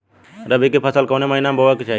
रबी की फसल कौने महिना में बोवे के चाही?